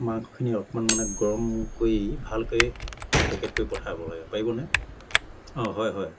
মাংসখিনি অকণমান মানে গৰম কৰি ভালকৈ পেকেট কৰি পঠাব লাগে পাৰিবনে অঁ হয় হয়